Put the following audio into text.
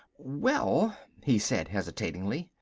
well he said hesitatingly,